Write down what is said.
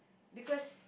because